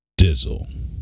Dizzle